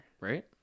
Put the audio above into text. right